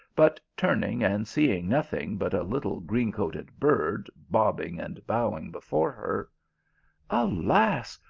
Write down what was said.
but turning and seeing nothing but a little green-coated bird bobbing and bowing before her alas!